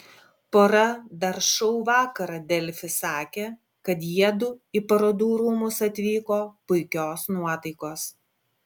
pora dar šou vakarą delfi sakė kad jiedu į parodų rūmus atvyko puikios nuotaikos